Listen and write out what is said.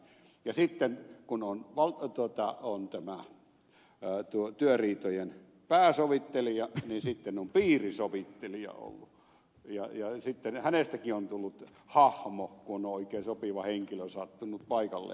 ja sitten kun on työriitojen pääsovittelija niin sitten on ollut piirisovittelija ja hänestäkin on tullut hahmo kun on oikein sopiva henkilö sattunut paikalleen